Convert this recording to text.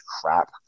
crap